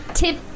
Tip